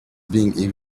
being